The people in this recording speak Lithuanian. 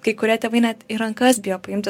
kai kurie tėvai net į rankas bijo paimti